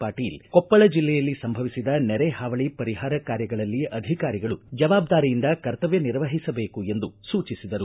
ಪಾಟೀಲ ಕೊಪ್ಪಳ ಜಿಲ್ಲೆಯಲ್ಲಿ ಸಂಭವಿಸಿದ ನೆರೆ ಹಾವಳಿ ಪರಿಹಾರ ಕಾರ್ಯಗಳಲ್ಲಿ ಅಧಿಕಾರಿಗಳು ಜವಾಬ್ದಾರಿಯಿಂದ ಕರ್ತವ್ಯ ನಿರ್ವಹಿಸಬೇಕು ಎಂದು ಸೂಚಿಸಿದರು